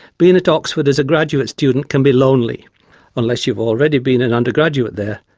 being at oxford as a graduate student can be lonely unless you've already been an undergraduate there,